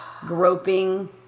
groping